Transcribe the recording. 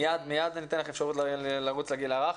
מיד אני אתן לך אפשרות לרוץ לגיל הרך.